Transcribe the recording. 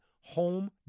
home